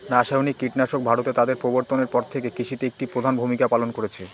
রাসায়নিক কীটনাশক ভারতে তাদের প্রবর্তনের পর থেকে কৃষিতে একটি প্রধান ভূমিকা পালন করেছে